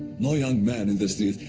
no young man in the streets,